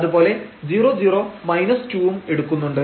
അതുപോലെ 00 2ഉം എടുക്കുന്നുണ്ട്